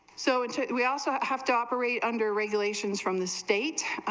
so and said we also have to operate under regulations from the states